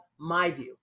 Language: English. MyView